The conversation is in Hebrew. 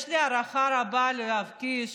יש לי הערכה רבה ליואב קיש,